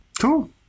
Cool